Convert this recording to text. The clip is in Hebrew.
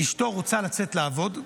אשתו רוצה לצאת לעבוד,